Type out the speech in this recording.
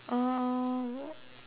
um what